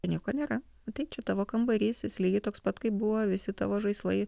ir nieko nėra taip čia tavo kambarys jis lygiai toks pat kaip buvo visi tavo žaislai